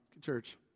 church